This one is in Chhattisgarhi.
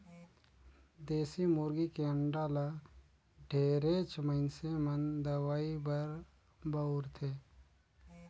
देसी मुरगी के अंडा ल ढेरेच मइनसे मन दवई बर बउरथे